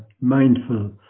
mindful